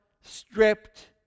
stripped